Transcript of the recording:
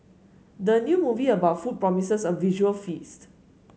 the new movie about food promises a visual feast